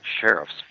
sheriff's